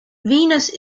venus